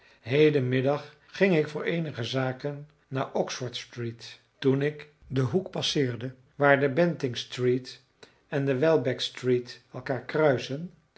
heden middag ging ik voor eenige zaken naar oxford-street toen ik den hoek passeerde waar de bentinck street en de welbeck street elkaar kruisen